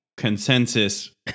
consensus